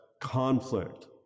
conflict